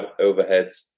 overheads